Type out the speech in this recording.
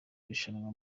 irushanwa